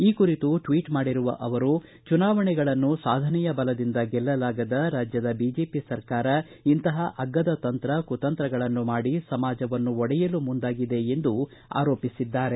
ಈ ಕುರಿತು ಟ್ವೀಟ್ ಮಾಡಿರುವ ಅವರು ಚುನಾವಣೆಗಳನ್ನು ಸಾಧನೆಯ ಬಲದಿಂದ ಗೆಲ್ಲಲಾಗದ ರಾಜ್ಯದ ಬಿಜೆಪಿ ಸರ್ಕಾರ ಇಂತಹ ಅಗ್ಗದ ತಂತ್ರ ಕುತಂತ್ರಗಳನ್ನು ಮಾಡಿ ಸಮಾಜವನ್ನು ಒಡೆಯಲು ಮುಂದಾಗಿದೆ ಎಂದು ಆರೋಪಿಸಿದ್ದಾರೆ